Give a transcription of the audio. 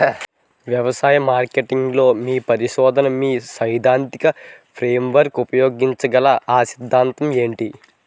వ్యవసాయ మార్కెటింగ్ పరిశోధనలో మీ సైదాంతిక ఫ్రేమ్వర్క్ ఉపయోగించగల అ సిద్ధాంతాలు ఏంటి?